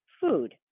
food